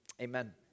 amen